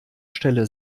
stelle